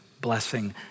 blessing